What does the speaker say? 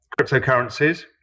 cryptocurrencies